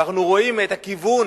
ואנחנו רואים את הכיוון